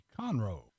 Conroe